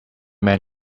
man